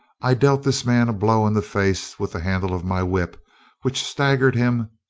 i dealt this man a blow in the face with the handle of my whip which staggered him,